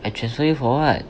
I transfer you for what